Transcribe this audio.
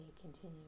continue